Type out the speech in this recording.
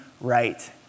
right